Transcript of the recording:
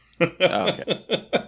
okay